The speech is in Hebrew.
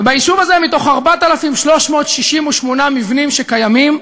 וביישוב הזה, מתוך 4,368 מבנים שקיימים,